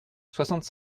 soixante